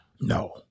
No